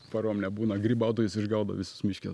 parom nebūna grybautojus išgaudo visus miške